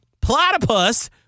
platypus